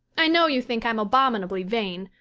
i know you think i'm abominably vain,